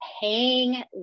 paying